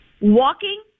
walking